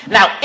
Now